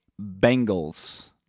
Bengals